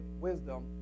wisdom